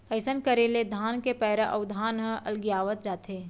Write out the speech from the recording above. अइसन करे ले धान के पैरा अउ धान ह अलगियावत जाथे